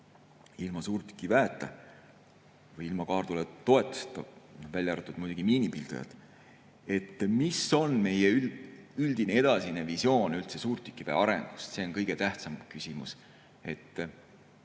ilma suurtükiväeta või ilma kaartule toetuseta, välja arvatud miinipildujad. Mis on meie üldine edasine visioon üldse suurtükiväe arengust? See on kõige tähtsam küsimus.